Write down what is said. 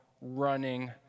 running